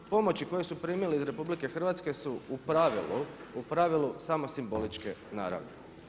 Pomoći koju su primili iz RH su u pravilu samo simboličke naravi.